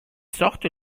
sortent